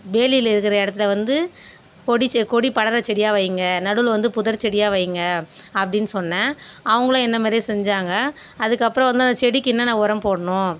வேலியில இருக்கிற இடத்துல வந்து கொடி ச கொடி படர்ற செடியாக வைங்க நடுவில் வந்து புதர் செடியாக வைங்க அப்படின்னு சொன்னேன் அவங்களும் என்ன மாதிரியே செஞ்சாங்க அதுக்கு அப்புறம் வந்து அந்த செடிக்கு என்னான்ன உரம் போடணும்